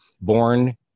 born